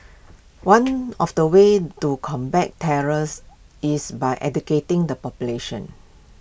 one of the ways to combat terrors is by educating the population